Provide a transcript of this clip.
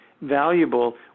valuable